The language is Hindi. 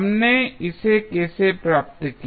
हमने इसे कैसे प्राप्त किया